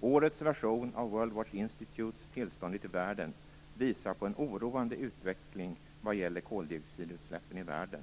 Årets version av World Watch Institutes Tillståndet i världen visar på en oroande utveckling vad gäller koldioxidutsläppen i världen.